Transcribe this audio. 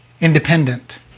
independent